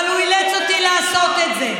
אבל הוא אילץ אותי לעשות את זה.